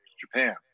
japan